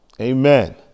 Amen